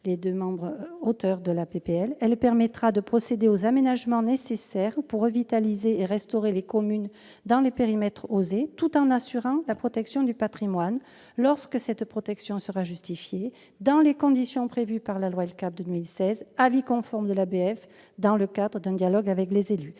semble à présent plus équilibrée. Elle permettra de procéder aux aménagements nécessaires pour revitaliser et restaurer les communes dans les périmètres OSER, tout en assurant la protection du patrimoine, lorsque celle-ci sera justifiée, dans les conditions prévues par la loi LCAP de 2016 : avis conforme de l'ABF, dans le cadre d'un dialogue avec les élus.